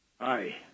Hi